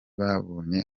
babonye